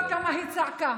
תספור כמה היא צעקה.